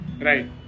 Right